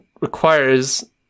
requires